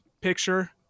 picture